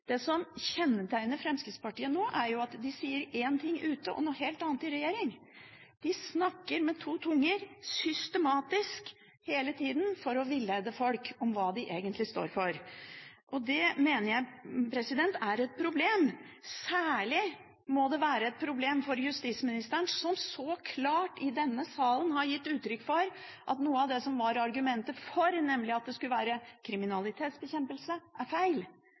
Det som kjennetegner Fremskrittspartiet nå, er at de sier én ting ute og noe helt annet i regjering. De snakker hele tiden med to tunger – systematisk – for å villede folk med hensyn til hva de egentlig står for. Det mener jeg er et problem. Særlig må det være et problem for justisministeren, som så klart i denne salen har gitt uttrykk for at noe av det som var argumentet for, nemlig at det skulle bidra til kriminalitetsbekjempelse, er feil,